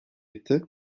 etti